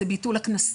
זה ביטול הקנסות.